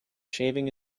shaving